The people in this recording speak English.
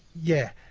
yeah.